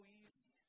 easy